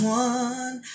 one